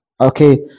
okay